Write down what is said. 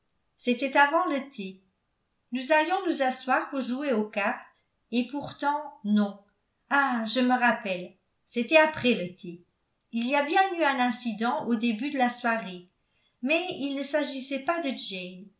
c'était avant le thé nous allions nous asseoir pour jouer aux cartes et pourtant non ah je me rappelle c'était après le thé il y a bien eu un incident au début de la soirée mais il ne s'agissait pas de jane